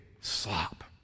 slop